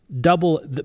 double